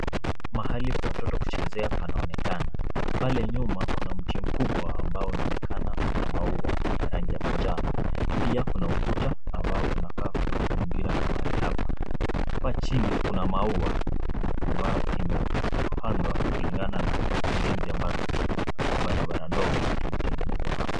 Mahali pa watoto kuchezea panaonekana. Pale nyuma kuna mti mkubwa ambao unaonekana una maua ya rangi ya manjano. Pia kuna ukuta ambao unakaa kuzingira mahali hapa. Hapa chini kuna maua ambayo imeupandwa kulingana na jinsi ambavyo barabara ndogo imetengenezwa hapa.